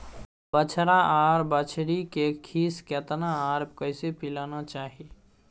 बछरा आर बछरी के खीस केतना आर कैसे पिलाना चाही?